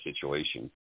situation